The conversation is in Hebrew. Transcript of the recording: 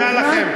תודה לכם.